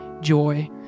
joy